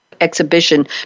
exhibition